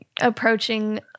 approaching